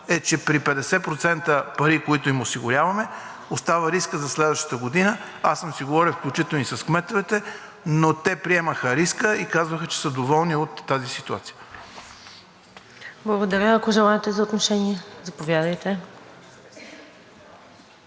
е, че при 50% пари, които им осигуряваме, остава рискът за следващата година. Аз съм си говорил, включително и с кметовете, но те приемаха риска и казваха, че са доволни от тази ситуация. ПРЕДСЕДАТЕЛ НАДЕЖДА САМАРДЖИЕВА: Благодаря. Ако желаете за отношение. Заповядайте.